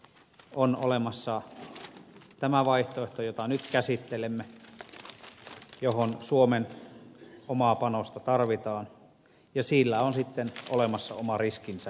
on olemassa tämä vaihtoehto jota nyt käsittelemme johon suomen omaa panosta tarvitaan ja siinä on sitten olemassa oma riskinsä